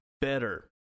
better